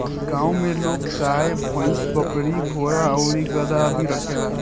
गांव में लोग गाय, भइस, बकरी, घोड़ा आउर गदहा भी रखेला